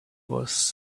was